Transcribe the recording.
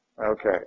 okay